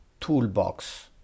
toolbox